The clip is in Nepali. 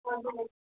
हजुर